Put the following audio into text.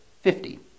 fifty